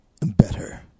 better